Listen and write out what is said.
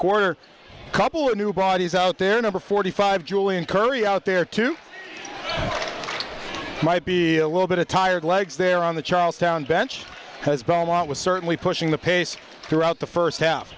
quarter a couple of new bodies out there number forty five julien curry out there too might be a little bit of tired legs there on the charlestown bench because belmont was certainly pushing the pace throughout the first half